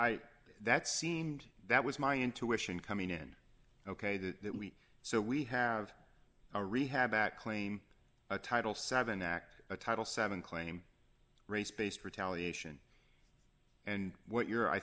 why that seemed that was my intuition coming in ok that we so we have a rehab that claim a title seven act a title seven claim race based retaliation and what you're i